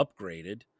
upgraded